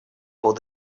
был